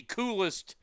coolest